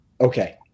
Okay